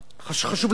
חשוב להבין,